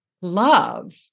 love